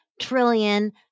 trillion